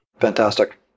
Fantastic